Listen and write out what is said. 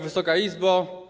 Wysoka Izbo!